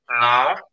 now